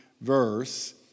verse